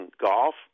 golf